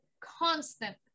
constant